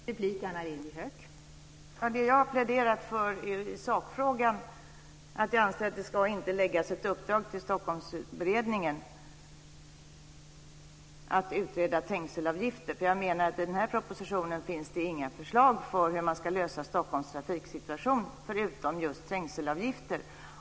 Fru talman! Vad jag har pläderat för är sakfrågan, där jag anser att man inte ska ge ett uppdrag till Jag menar att det i propositionen inte finns något annat förslag till hur man ska lösa Stockholms trafiksituation än just trängselavgifter.